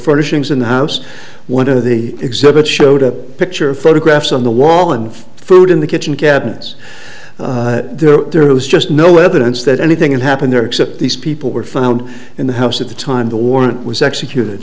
furnishings in the house one of the exhibits showed a picture of photographs on the wall and food in the kitchen cabinets there there was just no evidence that anything happened there except these people were found in the house at the time the warrant was executed